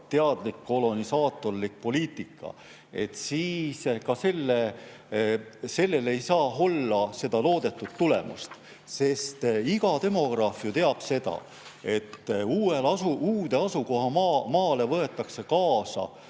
teadlik kolonisaatorlik poliitika, siis ka sellel ei saa olla loodetud tulemust, sest iga demograaf ju teab, et uuele asukohamaale võetakse kaasa